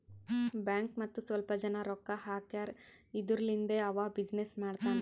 bank ಮತ್ತ ಸ್ವಲ್ಪ ಜನ ರೊಕ್ಕಾ ಹಾಕ್ಯಾರ್ ಇದುರ್ಲಿಂದೇ ಅವಾ ಬಿಸಿನ್ನೆಸ್ ಮಾಡ್ತಾನ್